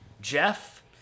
Jeff